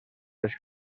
les